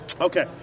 Okay